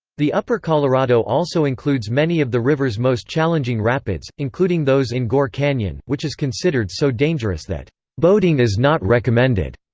the upper colorado also includes many of the river's most challenging rapids, including those in gore canyon, which is considered so dangerous that boating is not recommended.